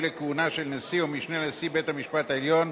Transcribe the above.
לכהונה של נשיא או משנה לנשיא בית-המשפט העליון,